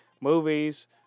movies